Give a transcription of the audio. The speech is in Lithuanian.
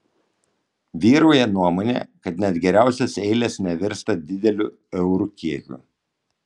vyrauja nuomonė kad net geriausios eilės nevirsta dideliu eurų kiekiu